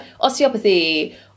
osteopathy